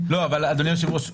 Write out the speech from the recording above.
אדוני היושב-ראש,